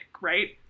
right